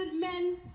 men